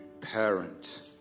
parent